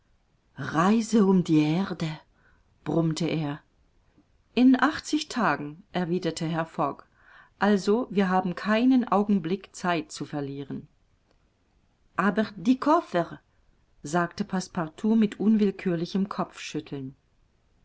reise um die erde brummte er in achtzig tagen erwiderte herr fogg also wir haben keinen augenblick zeit zu verlieren aber die koffer sagte passepartout mit unwillkürlichem kopfschütteln